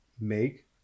make